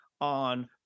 on